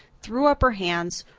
threw up her hands,